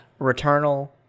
Returnal